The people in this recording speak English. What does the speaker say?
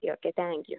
okay okay thank you